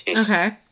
Okay